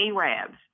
Arabs